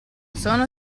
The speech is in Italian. sono